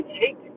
take